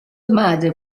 madre